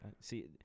See